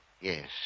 Yes